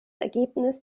ergebnis